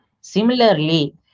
similarly